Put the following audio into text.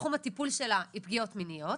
שתחום הטיפול שלה זה פגיעות מיניות.